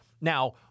Now-